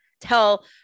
tell